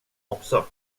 också